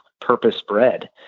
purpose-bred